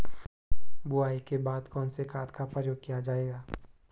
बुआई के बाद कौन से खाद का प्रयोग किया जायेगा?